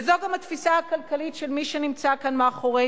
וזו גם התפיסה הכלכלית של מי שנמצא כאן מאחורינו,